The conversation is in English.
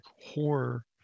horror